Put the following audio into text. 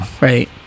right